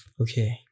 okay